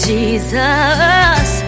Jesus